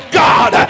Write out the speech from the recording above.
god